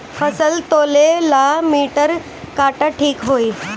फसल तौले ला मिटर काटा ठिक होही?